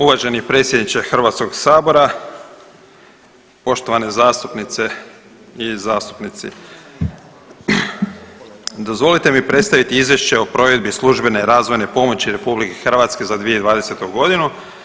Uvaženi predsjedniče Hrvatskog sabora, poštovane zastupnice i zastupnici, dozvolite mi predstaviti Izvješće o provedbi službene razvojne RH za 2020. godinu.